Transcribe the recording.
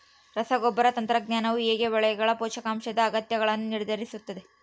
ರಸಗೊಬ್ಬರ ತಂತ್ರಜ್ಞಾನವು ಹೇಗೆ ಬೆಳೆಗಳ ಪೋಷಕಾಂಶದ ಅಗತ್ಯಗಳನ್ನು ನಿರ್ಧರಿಸುತ್ತದೆ?